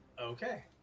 Okay